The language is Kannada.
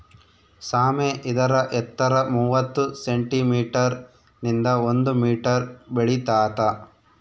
ಸಾಮೆ ಇದರ ಎತ್ತರ ಮೂವತ್ತು ಸೆಂಟಿಮೀಟರ್ ನಿಂದ ಒಂದು ಮೀಟರ್ ಬೆಳಿತಾತ